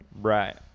Right